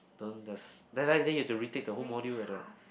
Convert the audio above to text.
don't the then like that you have to retake the whole module whether